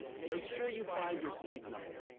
make sure you find your sleep number.